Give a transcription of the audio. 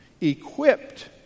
equipped